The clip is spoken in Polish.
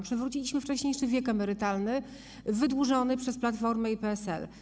Przywróciliśmy wcześniejszy wiek emerytalny, wydłużony przez Platformę i PSL.